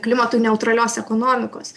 klimatui neutralios ekonomikos